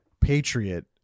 patriot